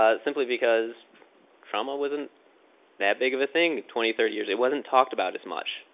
ah simply because trauma wasn't that big of a thing twenty, thirty years. it wasn't talked about as much.